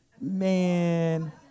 Man